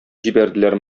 җибәрделәр